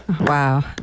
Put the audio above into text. Wow